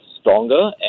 stronger